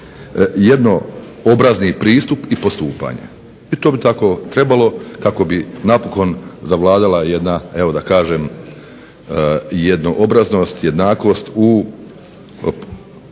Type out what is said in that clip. jednoobrazni pristup i postupanje, i to bi tako trebalo kako bi napokon zavladala jedna jednoobraznost, jednakost u ispunjavanju